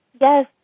Yes